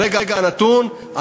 ברגע הנתון,